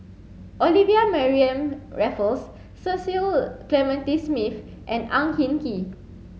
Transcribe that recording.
Olivia Mariamne Raffles Cecil Clementi Smith and Ang Hin Kee